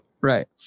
Right